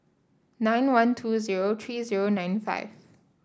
nine one two zero three zero nine five